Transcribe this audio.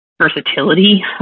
versatility